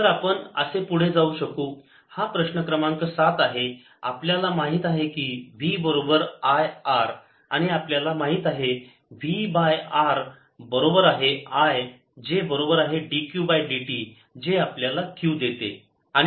तर आपण असे पुढे जाऊ हा प्रश्न क्रमांक सात आहे आपल्याला माहित आहे की V बरोबर I R आणि आपल्याला माहित आहे V बाय R बरोबर आहे I जे बरोबर आहे dQ बाय dt जे आपल्याला Q देते